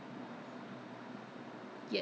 totally forgotten ah but you see this one